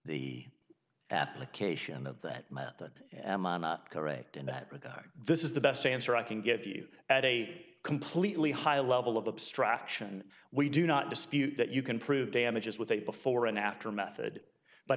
the application of that correct in that regard this is the best answer i can give you at a completely high level of abstraction we do not dispute that you can prove damages with a before and after method but